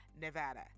Nevada